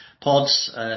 pods